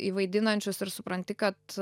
į vaidinančius ir supranti kad